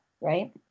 right